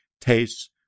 tastes